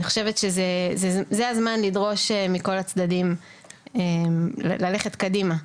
אני חושבת שזה הזמן לדרוש מכל הצדדים ללכת קדימה.